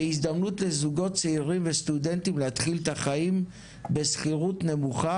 כהזדמנות לזוגות צעירים וסטודנטים להתחיל את החיים בשכירות נמוכה